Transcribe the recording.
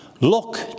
Look